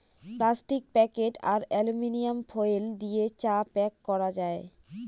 plastic packet আর aluminium foil দিয়ে চা প্যাক করা যায়